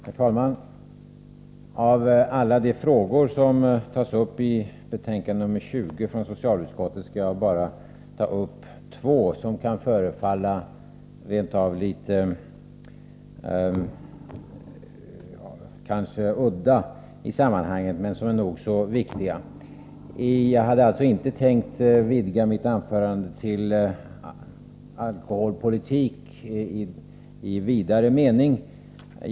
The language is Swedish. Herr talman! Av alla de frågor som tas upp i betänkande nr 20 från socialutskottet skall jag bara ta upp två, som kan förefalla rent av litet udda i sammanhanget men som är nog så viktiga. Jag hade alltså inte tänkt låta mitt anförande gälla alkoholpolitik i vidare mening.